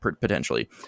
potentially